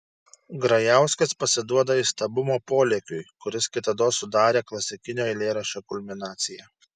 grajauskas pasiduoda įstabumo polėkiui kuris kitados sudarė klasikinio eilėraščio kulminaciją